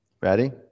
Ready